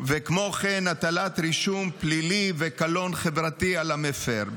וכמו כן הטלת רישום פלילי וקלון חברתי על המפר.